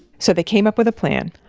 so they came up with a plan.